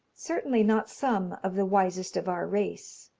certainly not some of the wisest of our race.